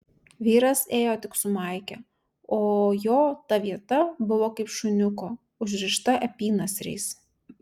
vyras ėjo tik su maike o jo ta vieta buvo kaip šuniuko užrišta apynasriais